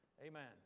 Amen